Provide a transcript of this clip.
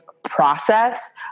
Process